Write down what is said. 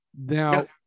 Now